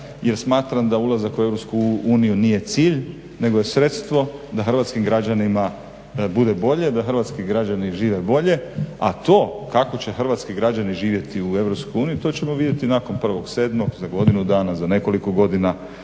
jer smatram da ulazak u Europsku uniju nije cilj nego je sredstvo da hrvatskim građanima bude bolje, da hrvatski građani žive bolje, a to kako će hrvatski građani živjeti u Europskoj uniji to ćemo vidjeti nakon 1.7., za godinu dana, za nekoliko godina,